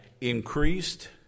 increased